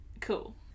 Cool